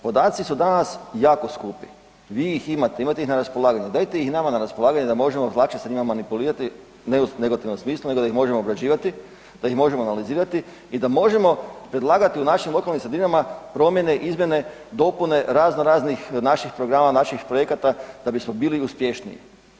Podaci su danas jako skupi, vi ih imate, imate ih na raspolaganju, dajte ih nama na raspolaganje da možemo lakše sa njima manipulirati, ne u negativnom smislu nego da ih možemo obrađivati, da ih možemo analizirati i da možemo predlagati u našim lokalnim sredinama promjene, izmjene, dopune raznoraznih naših programa, naših projekata da bismo bili uspješniji.